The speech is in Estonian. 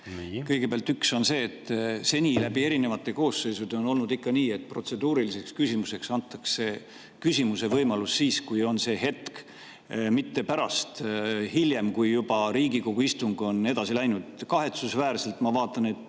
Kõigepealt, üks on see, et seni on läbi erinevate koosseisude olnud ikka nii, et protseduuriliseks küsimuseks antakse võimalus siis, kui on see hetk, mitte pärast, hiljem, kui Riigikogu istung on juba edasi läinud. Kahetsusväärselt, ma vaatan,